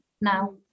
now